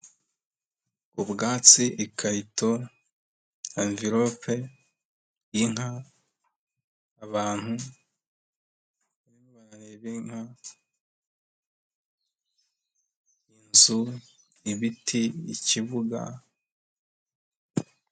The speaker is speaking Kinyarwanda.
Ubwatsi, ikarito, avilope, inka, abantu, barimo barareba inka, inzu, ibiti, ikibuga.